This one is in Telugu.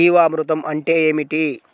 జీవామృతం అంటే ఏమిటి?